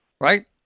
right